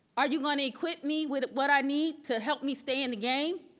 are you gonna equip me with what i need to help me stay in the game?